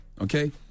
Okay